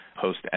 host